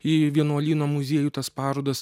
į vienuolyno muziejų tas parodas